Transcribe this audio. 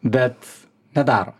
bet nedaro